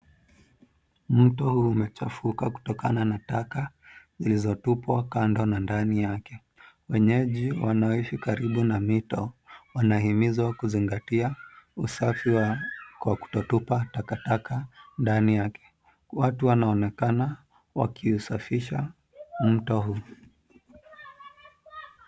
Mto huu umechafuka kutokana na taka zilizotupwa kando na ndani yake. Wenyeji wanaoishi karibu na mito wanahimizwa kuzingatia usafi kwa kutotupa takataka ndani yake. Watu wanaonekana wakiusafisha mto huu.